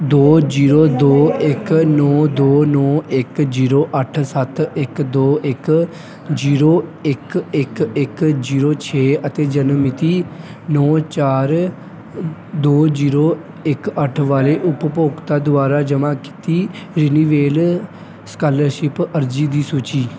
ਦੋ ਜੀਰੋ ਦੋ ਇੱਕ ਨੌਂ ਦੋ ਨੌਂ ਇੱਕ ਜੀਰੋ ਅੱਠ ਸੱਤ ਇੱਕ ਦੋ ਇੱਕ ਜੀਰੋ ਇੱਕ ਇੱਕ ਇੱਕ ਜੀਰੋ ਛੇ ਅਤੇ ਜਨਮ ਮਿਤੀ ਨੌਂ ਚਾਰ ਦੋ ਜੀਰੋ ਇੱਕ ਅੱਠ ਵਾਲੇ ਉਪਭੋਗਤਾ ਦੁਆਰਾ ਜਮ੍ਹਾਂ ਕੀਤੀ ਰਿਨੀਵੇਲ ਸਕਾਲਰਸ਼ਿਪ ਅਰਜ਼ੀ ਦੀ ਸੂਚੀ